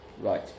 Right